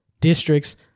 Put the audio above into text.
District's